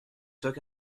took